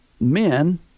men